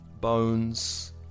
bones